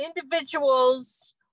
individuals